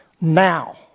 now